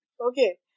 Okay